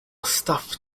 stuffed